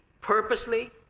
purposely